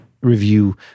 review